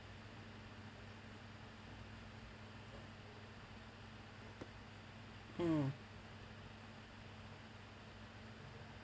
mm